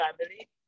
family